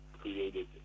created